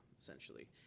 essentially